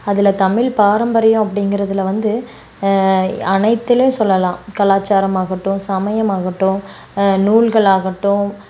அதில் தமிழ் பாரம்பரியம் அப்படிங்கிறதுல வந்து அனைத்திலும் சொல்லலாம் கலாச்சாரமாகட்டும் சமயமாகட்டும் நூல்களாகட்டும்